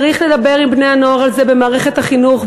צריך לדבר עם בני-הנוער על זה במערכת החינוך,